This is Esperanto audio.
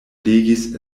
legis